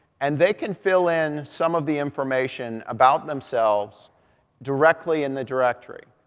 and they can fill in some of the information about themselves directly in the directory.